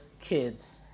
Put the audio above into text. kids